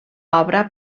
obra